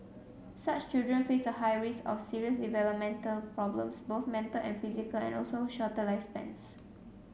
such children face a high risk of serious developmental problems both mental and physical and also shorter lifespans